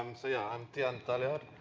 um so yeah, i'm tiaan taljaard,